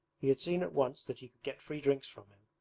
he had seen at once that he could get free drinks from him,